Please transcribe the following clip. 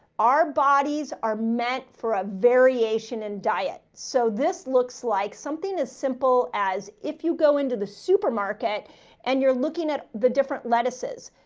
our bodies are meant for a variation in diet. so this looks like something as simple as if you go into the supermarket and you're looking at the different lettuces.